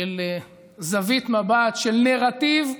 של זווית מבט, של נרטיב.